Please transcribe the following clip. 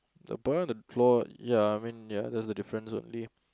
the bird on the floor ya I mean ya that's the difference only